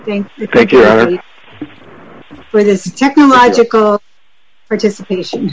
this technological participation